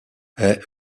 est